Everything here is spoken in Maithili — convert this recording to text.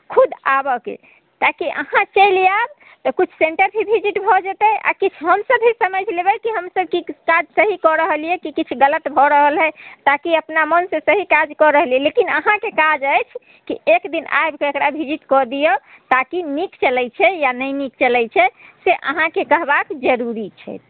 खुद आबऽके ताकि अहाँ चलि आएब तऽ किछु सेन्टर भी विजिट भऽ जेतै आओर किछु हमसब भी समझि लेबै कि हमसब कि काज सही कऽ रहलिए कि किछु गलत भऽ रहल अइ ताकि अपना मोनसँ सही काज कऽ रहलिए लेकिन अहाँके काज अछि कि एक दिन आबिके एकरा विजिट कऽ दिअ ताकि नीक चलै छै या नहि नीक चलै छै से अहाँके कहबाक जरूरी छै